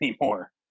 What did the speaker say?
anymore